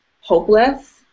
hopeless